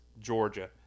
Georgia